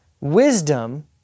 wisdom